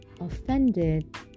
offended